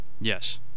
Yes